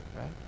right